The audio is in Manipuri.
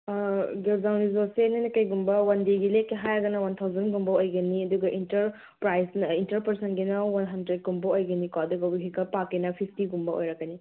ꯒꯦꯜꯖꯥꯡ ꯔꯤꯖꯣꯠꯁꯦ ꯅꯣꯏꯅ ꯀꯔꯤꯒꯨꯝꯕ ꯋꯥꯟ ꯗꯦꯒꯤ ꯂꯦꯛꯀꯦ ꯍꯥꯏꯔꯒꯅ ꯋꯥꯟ ꯊꯥꯎꯖꯟꯒꯨꯝꯕ ꯑꯣꯏꯒꯅꯤ ꯑꯗꯨꯒ ꯏꯟꯇꯔ ꯏꯟꯇꯔ ꯄ꯭ꯔꯁꯟꯒꯤꯅ ꯋꯥꯟ ꯍꯟꯗ꯭ꯔꯦꯀꯨꯝꯕ ꯑꯣꯏꯒꯅꯤꯀꯣ ꯑꯗꯨꯒ ꯋꯤꯍꯤꯀꯜ ꯄꯥꯔꯛꯀꯤꯅ ꯐꯤꯞꯇꯤꯒꯨꯝꯕ ꯑꯣꯏꯔꯛꯀꯅꯤ